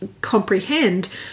comprehend